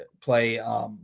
play